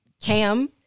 cam